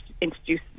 introduce